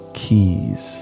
keys